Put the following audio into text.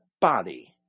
body